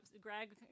Greg